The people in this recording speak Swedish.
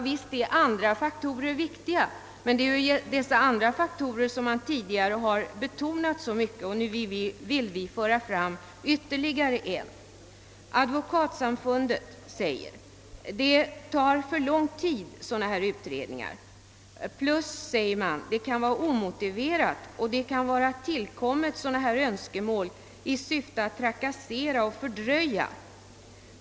visst är andra faktorer viktiga, men det är just dessa andra faktorer som man tidigare betonat så mycket, och nu vill vi föra fram ytterligare en. Advokatsamfundet säger att dessa ut redningar tar för lång tid. Det säger även att begäran om utredning kan vara »ur saklig synpunkt mer eller mindre omotiverad och tillkommen närmast i syfte att trakassera motparten och fördröja avgörandet».